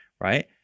right